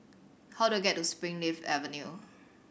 how do I get to Springleaf Avenue